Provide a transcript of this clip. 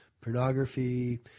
pornography